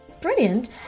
brilliant